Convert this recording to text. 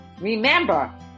Remember